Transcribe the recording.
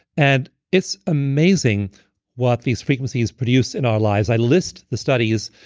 and it's amazing what these frequencies produce in our lives. i list the studies,